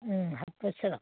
उम आथससो